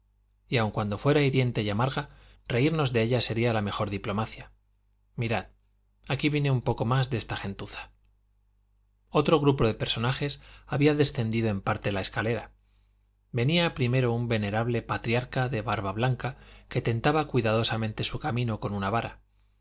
y aun cuando fuera hiriente y amarga reírnos de ella sería la mejor diplomacia mirad aquí viene un poco más de esta gentuza otro grupo de personajes había descendido en parte la escalera venía primero un venerable patriarca de barba blanca que tentaba cuidadosamente su camino con una vara